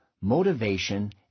motivation